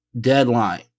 deadline